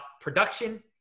production